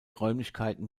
räumlichkeiten